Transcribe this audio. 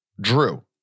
Drew